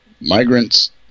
Migrants